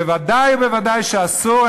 בוודאי ובוודאי אסור,